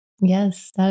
yes